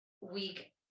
week